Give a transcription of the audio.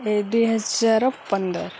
ଏ ଦୁଇ ହଜାର ପନ୍ଦର